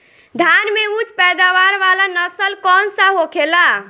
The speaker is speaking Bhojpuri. धान में उच्च पैदावार वाला नस्ल कौन सा होखेला?